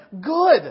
good